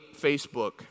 Facebook